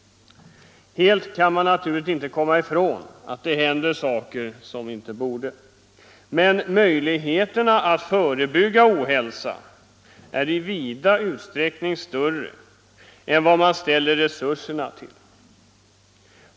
Helt kan man naturligtvis inte komma ifrån att det händer saker som inte borde hända, men möjligheterna att förebygga ohälsa är vida större än de ändamål som man ställer resurser till förfogande för.